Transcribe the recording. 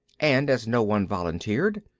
and, as no one volunteered,